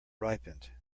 ripened